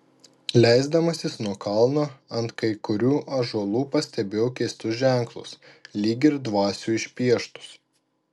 leisdamasis nuo kalno ant kai kurių ąžuolų pastebėjau keistus ženklus lyg ir dvasių išpieštus